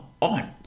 on